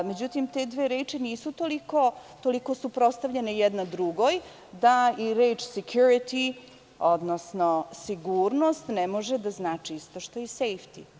Međutim, te dve reči nisu toliko suprotstavljene jedna drugoj, pa i reč security, odnosno sigurnost ne može da znači isto što i safety.